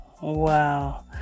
Wow